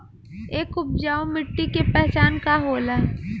एक उपजाऊ मिट्टी के पहचान का होला?